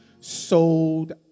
sold